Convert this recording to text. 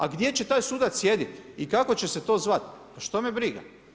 A gdje će taj sudac sjediti i kako će se to zvat, pa što me briga.